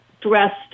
dressed